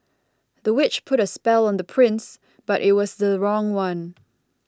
the witch put a spell on the prince but it was the wrong one